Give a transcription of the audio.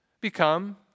become